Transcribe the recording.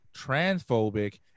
transphobic